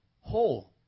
whole